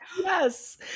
Yes